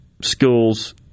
schools